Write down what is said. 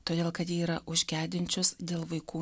todėl kad ji yra už gedinčius dėl vaikų